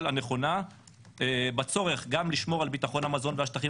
הנכונה בצורך גם לשמור על ביטחון המזון והשטחים